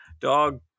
dog